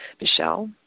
Michelle